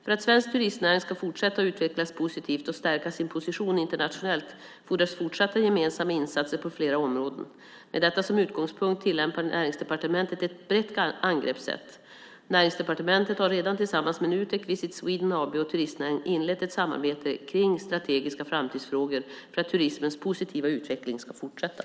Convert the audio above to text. För att svensk turistnäring ska fortsätta att utvecklas positivt och stärka sin position internationellt fordras fortsatta gemensamma insatser på flera områden. Med detta som utgångspunkt tillämpar Näringsdepartementet ett brett angreppssätt. Näringsdepartementet har redan tillsammans med Nutek, Visit Sweden AB och turistnäringen inlett ett samarbete om strategiska framtidsfrågor för att turismens positiva utveckling ska fortsätta.